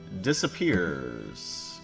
disappears